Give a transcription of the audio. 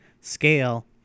scale